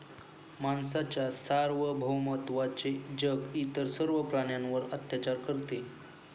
माणसाच्या सार्वभौमत्वाचे जग इतर सर्व प्राण्यांवर अत्याचार करते